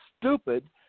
stupid